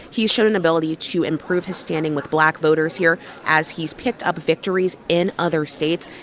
he's shown an ability to improve his standing with black voters here as he's picked up victories in other states,